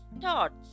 thoughts